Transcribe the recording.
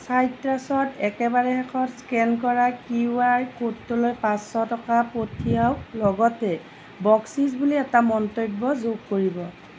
চাইট্ৰাছত একেবাৰে শেষত স্কেন কৰা কিউ আৰ ক'ডটোলৈ পাঁচশ টকা পঠিয়াওক লগতে বকচিচ বুলি এটা মন্তব্য যোগ কৰিব